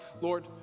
Lord